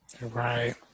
Right